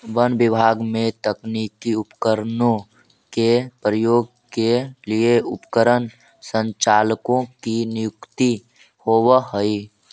वन विभाग में तकनीकी उपकरणों के प्रयोग के लिए उपकरण संचालकों की नियुक्ति होवअ हई